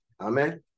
Amen